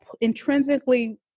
intrinsically